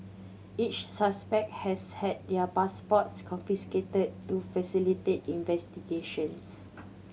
each suspect has had their passports confiscated to facilitate investigations